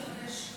מחדשת?